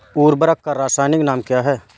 उर्वरक का रासायनिक नाम क्या है?